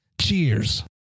Cheers